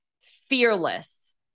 fearless